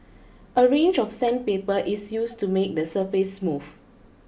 a range of sandpaper is used to make the surface smooth